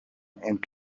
and